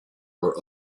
were